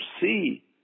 see